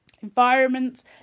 environments